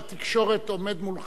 השר עומד שם, בסדר.